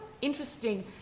interesting